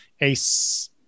ace